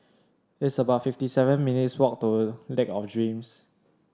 it's about fifty seven minutes' walk to Lake of Dreams